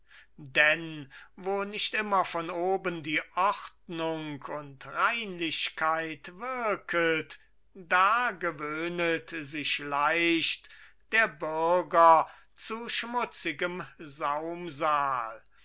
denn wo nicht immer von oben die ordnung und reinlichkeit wirket da gewöhnet sich leicht der bürger zu schmutzigem